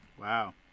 Wow